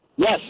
Yes